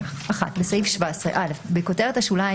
כך: בסעיף 17 - בכותרת השוליים,